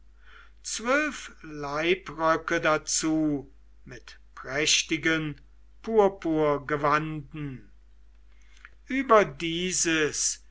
zwölf leibröcke dazu mit prächtigen purpurgewanden über dieses